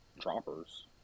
droppers